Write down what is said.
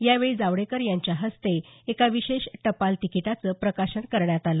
यावेळी जावडेकर यांच्या हस्ते एका विशेष टपाल तिकीटाचं प्रकाशन करण्यात आलं